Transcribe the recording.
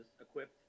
equipped